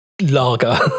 lager